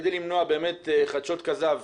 כדי למנוע חדשות כזב,